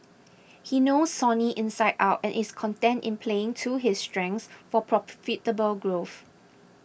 he knows Sony inside out and is content in playing to his strengths for profitable growth